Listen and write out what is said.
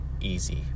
easy